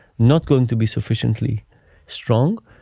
not going to be sufficiently strong.